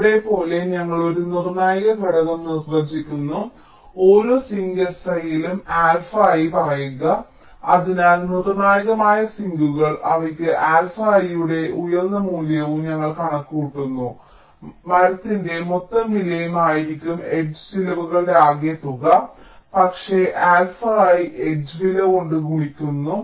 ഇവിടെ പോലെ ഞങ്ങൾ ഒരു നിർണായക ഘടകം നിർവ്വചിക്കുന്നു ഓരോ സിങ്ക് siലും alpha i പറയുക അതിനാൽ നിർണായകമായ സിങ്കുകൾ അവയ്ക്ക് alpha i യുടെ ഉയർന്ന മൂല്യവും ഞങ്ങൾ കണക്കുകൂട്ടുന്ന മരത്തിന്റെ മൊത്തം വിലയും ആയിരിക്കും എഡ്ജ് ചിലവുകളുടെ ആകെത്തുക പക്ഷേ alpha i എഡ്ജ് വില കൊണ്ട് ഗുണിക്കുന്നു